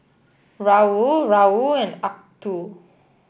Raoul Raoul and Acuto